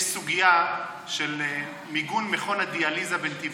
יש סוגיה של מיגון מכון הדיאליזה בנתיבות.